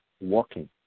walking